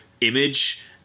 image